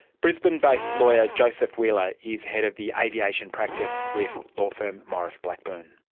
brisbane-based lawyer joseph wheeler is head of the aviation practice with law firm maurice blackburn.